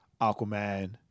Aquaman